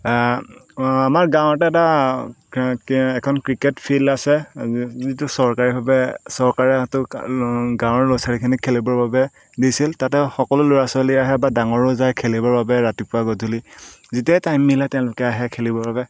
আমাৰ গাঁৱৰ এটা এখন ক্ৰিকেট ফিল্ড আছে যিটো চৰকাৰীভাৱে চৰকাৰে সেইটো গাঁৱৰ ল ছালিখিনিক খেলিবৰ বাবে দিছিল তাতে সকলো ল'ৰা ছোৱালী আহে বা ডাঙৰো যায় খেলিবৰ বাবে ৰাতিপুৱা গধূলি যেতিয়াই টাইম মিলে তেওঁলোকে আহে খেলিবৰ বাবে